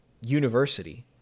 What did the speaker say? university